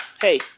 hey